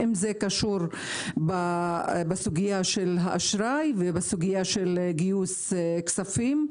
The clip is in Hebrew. זה קשור בסוגיה של האשראי ובסוגיה של גיוס כספים,